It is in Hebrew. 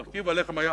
מרכיב הלחם היה,